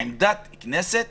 עמדת הכנסת